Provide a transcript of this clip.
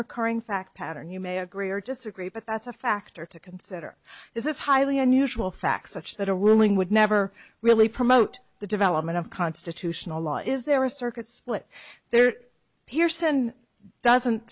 recurring fact pattern you may agree or disagree but that's a factor to consider is highly unusual facts such that a ruling would never really promote the development of constitutional law is there a circuit split there pearson doesn't